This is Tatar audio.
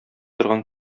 торган